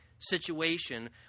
Situation